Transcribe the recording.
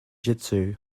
jitsu